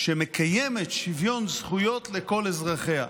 שמקיימת שוויון זכויות לכל אזרחיה.